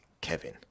Kevin